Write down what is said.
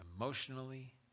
emotionally